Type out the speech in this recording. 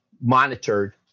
monitored